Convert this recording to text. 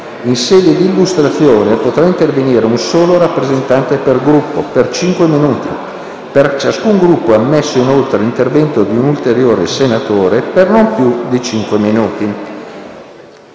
In sede di illustrazione potrà intervenire un solo rappresentante per Gruppo, per cinque minuti. Per ciascun Gruppo è ammesso inoltre l'intervento di un ulteriore senatore, per non più di cinque minuti.